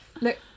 Look